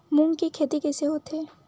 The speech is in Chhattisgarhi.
मूंग के खेती कइसे होथे?